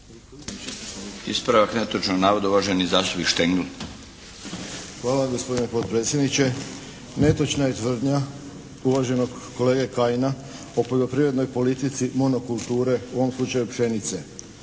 Ispravak netočnog navoda uvaženi zastupnik Štengl. **Štengl, Vladimir (HDZ)** Hvala gospodine potpredsjedniče. Netočna je tvrdnja uvaženog kolege Kajina o poljoprivrednoj politici monokulture, u ovom slučaju pšenice.